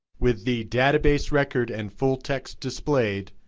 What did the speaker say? with the database record and full text displayed,